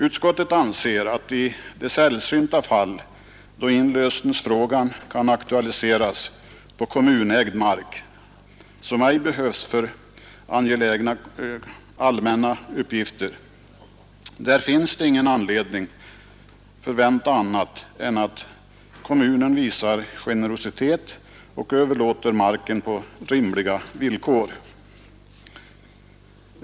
Utskottet anser att i de sällsynta fall där inlösenfrågan kan aktualiseras på kommunägd mark som ej behövs för angelägna allmänna uppgifter finns det ingen anledning att förvänta annat än att kommunen visar generositet och överlåter marken på rimliga villkor.